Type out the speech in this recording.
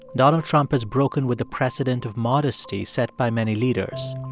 donald trump has broken with the precedent of modesty set by many leaders.